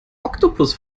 oktopus